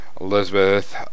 Elizabeth